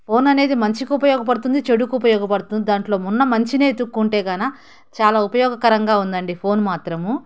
phone అనేది మంచికి ఉపయోగపడుతుంది చెడుకు ఉపయోగపడుతుంది దాంట్లో ఉన్న మంచినే వెతుక్కుంటే కానీ చాలా ఉపయోగకరంగా ఉందండి ఫోన్ మాత్రము